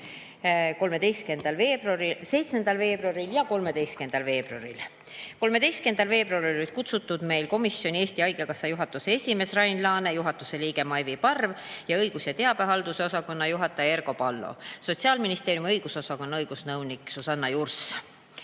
kahel istungil: 7. veebruaril ja 13. veebruaril. [7.] veebruaril olid komisjoni kutsutud Eesti Haigekassa juhatuse esimees Rain Laane, juhatuse liige Maivi Parv ning õigus- ja teabehalduse osakonna juhataja Ergo Pallo, samuti Sotsiaalministeeriumi õigusosakonna õigusnõunik Susanna Jurs.